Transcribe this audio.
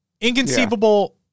inconceivable